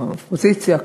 וכמובן האופוזיציה,